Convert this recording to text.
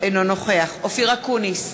אינו נוכח אופיר אקוניס,